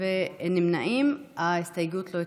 ההסתייגות (2)